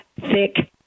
thick